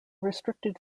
restricted